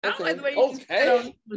Okay